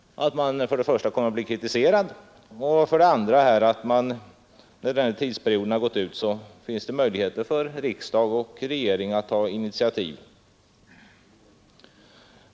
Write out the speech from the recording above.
För det första löper man risken att bli kritiserad och för det andra finns det när tidsperioden gått ut möjligheter för riksdag och regering att ta initiativ.